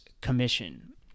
Commission